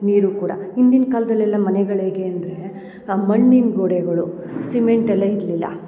ನೀರು ಕೂಡ ಹಿಂದಿನ ಕಾಲ್ದಲ್ಲೆಲ್ಲ ಮನೆಗಳಿಗೆ ಅಂದರೆ ಆ ಮಣ್ಣಿನ ಗೋಡೆಗಳು ಸಿಮೆಂಟ್ ಎಲ್ಲ ಇರಲಿಲ್ಲ